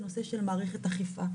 זה הנושא של מערכת אכיפה.